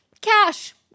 Cash